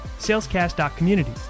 salescast.community